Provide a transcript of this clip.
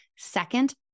Second